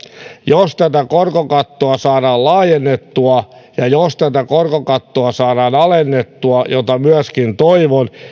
jos tätä korkokattoa saadaan laajennettua ja jos tätä korkokattoa saadaan alennettua mitä myöskin toivon